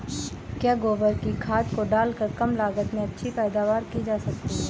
क्या गोबर की खाद को डालकर कम लागत में अच्छी पैदावारी की जा सकती है?